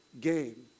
game